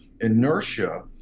inertia